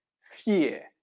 fear